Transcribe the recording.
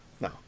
No